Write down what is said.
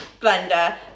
blender